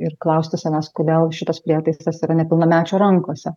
ir klausti savęs kodėl šitas prietaisas yra nepilnamečio rankose